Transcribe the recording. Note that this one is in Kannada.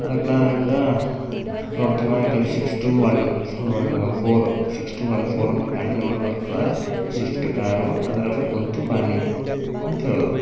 ಅದಕ್ಕೆ ನಾನು ಅಂದ ನೋಡಿ ತಮ್ಮ ಯಾಕಂದ್ರೆ six two one four six two one four one four ಗಾಡಿ ನಂಬರ್ ಬರ್ತದೆ ಶಿಫ್ಟ್ ಕಾರು ಅದ್ರಾಗೆ ಕೂತು ಬಾ ನೀನು ಅಂತ ಹೇಳಿದರು